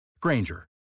Granger